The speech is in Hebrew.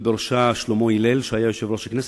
עומד בראשה שלמה הלל, שהיה יושב-ראש הכנסת,